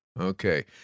Okay